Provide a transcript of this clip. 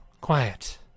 Quiet